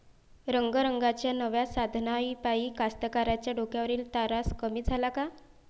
रंगारंगाच्या नव्या साधनाइपाई कास्तकाराइच्या डोक्यावरचा तरास कमी झाला का?